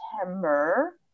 September